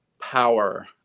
power